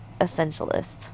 essentialist